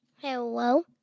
Hello